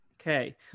okay